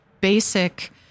basic